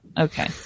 okay